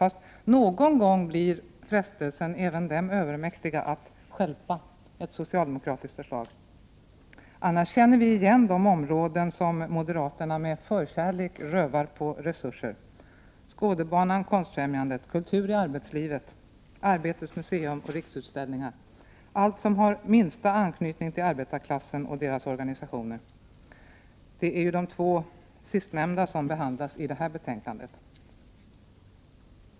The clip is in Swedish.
Fast någon gång blir frestelsen att stjälpa ett socialdemokratiskt förslag även dem övermäktig. Annars känner vi igen de områden som moderaterna med förkärlek rövar på resurser — Skådebanan, Konstfrämjandet, Kultur i arbetslivet, Arbetets museum och Riksutställningar, allt som har minsta anknytning till arbetarklassen och dess organisationer. Det är de två sistnämnda institutionerna som behandlas i det här betänkandet.